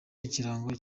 ikirango